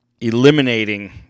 eliminating